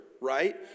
right